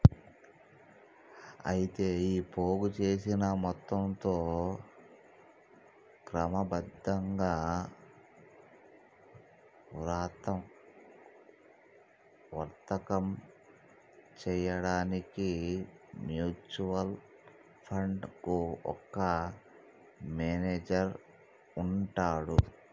అయితే ఈ పోగు చేసిన మొత్తంతో క్రమబద్ధంగా వర్తకం చేయడానికి మ్యూచువల్ ఫండ్ కు ఒక మేనేజర్ ఉంటాడు